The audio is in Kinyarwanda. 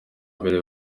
mbere